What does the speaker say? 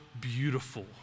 beautiful